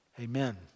amen